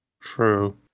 True